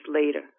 later